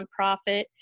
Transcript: nonprofit